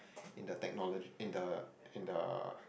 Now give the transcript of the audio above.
in the technology in the in the